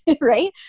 right